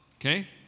okay